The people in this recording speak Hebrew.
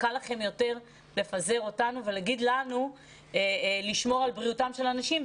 קל לכם יותר לפזר אותנו ולהגיד לנו לשמור על בריאותם של האנשים,